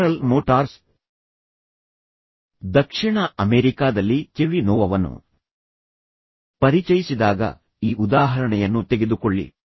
general Motors ದಕ್ಷಿಣ ಅಮೆರಿಕಾದಲ್ಲಿ Chevy ನೋವಾವನ್ನು ಪರಿಚಯಿಸಿದಾಗ ಈ ಉದಾಹರಣೆಯನ್ನು ತೆಗೆದುಕೊಳ್ಳಿ